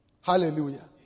Hallelujah